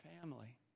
family